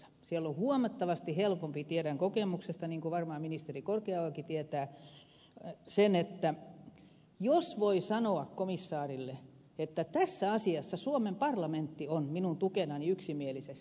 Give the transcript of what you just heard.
siellä on huomattavasti helpompi tiedän kokemuksesta niin kuin varmaan ministeri korkeaojakin tietää jos voi sanoa komissaarille että tässä asiassa suomen parlamentti on minun tukenani yksimielisesti